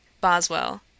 Boswell